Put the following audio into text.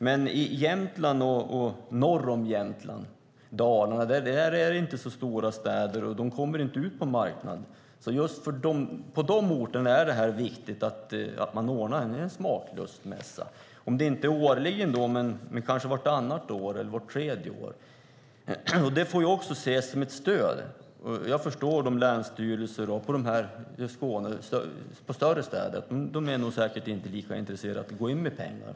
Men i Jämtland och norr om Jämtland finns det inte så stora städer så där kommer man inte ut på marknaden. På de orterna är det viktigt att man ordnar en smaklustmässa om inte årligen så vartannat eller vart tredje. Det får ses som ett stöd. Jag förstår att länsstyrelserna i Skåne och de större städerna inte är lika intresserade av att gå in med pengar.